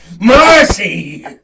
Mercy